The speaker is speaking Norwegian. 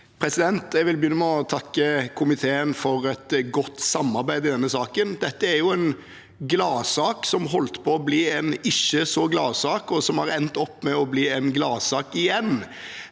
Jeg vil begynne med å takke komiteen for et godt samarbeid i denne saken. Dette er en gladsak som holdt på å bli en ikke så glad sak, og som har endt opp med å bli en gladsak igjen.